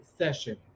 session